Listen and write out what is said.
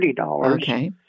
Okay